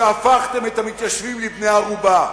שהפכתם את המתיישבים לבני-ערובה,